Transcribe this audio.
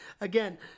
again